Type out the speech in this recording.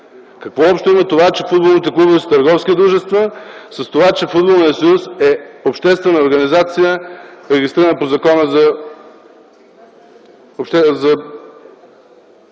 Какво общо има това, че футболните клубове са търговски дружества, с това, че Футболният съюз е обществена организация, регистрирана по Закона за